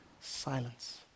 silence